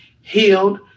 Healed